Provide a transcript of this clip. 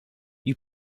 you